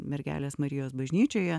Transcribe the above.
mergelės marijos bažnyčioje